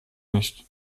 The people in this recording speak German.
nicht